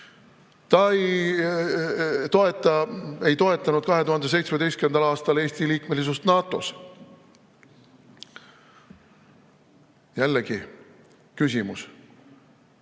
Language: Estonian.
Ta ei toetanud 2017. aastal Eesti liikmesust NATO‑s. Jällegi küsimus!